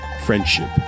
Friendship